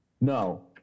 No